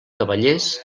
cavallers